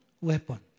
weapon